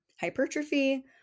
hypertrophy